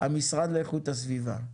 אלא המשרד לאיכות הסביבה.